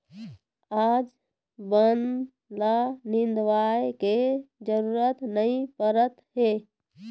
आज बन ल निंदवाए के जरूरत नइ परत हे